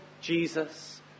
Jesus